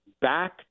back